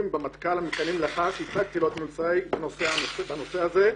במטכ"ל לאחר שהסבתי את תשומת ליבו לנושא זה,